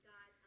God